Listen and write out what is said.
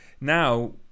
Now